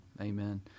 Amen